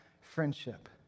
friendship